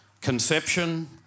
Conception